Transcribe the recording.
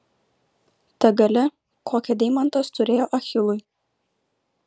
ta galia kokią deimantas turėjo achilui